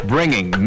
bringing